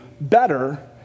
better